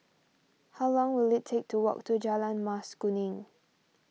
how long will it take to walk to Jalan Mas Kuning